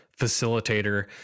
facilitator